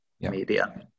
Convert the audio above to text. media